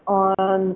on